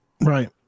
right